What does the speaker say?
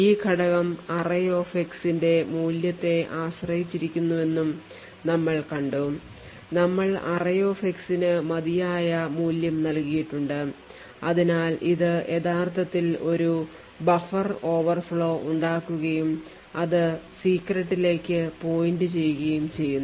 ഈ ഘടകം arrayx ന്റെ മൂല്യത്തെ ആശ്രയിച്ചിരിക്കുന്നുവെന്നും നമ്മൾ കണ്ടു ഞങ്ങൾ arrayx നു മതിയായ മൂല്യം നൽകിയിട്ടുണ്ട് അതിനാൽ ഇത് യഥാർത്ഥത്തിൽ ഒരു ബഫർ ഓവർഫ്ലോ ഉണ്ടാക്കുകയും അതു secret ലേക്ക് point ചെയ്യുകയും ചെയ്യുന്നു